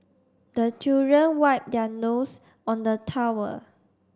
the children wipe their nose on the towel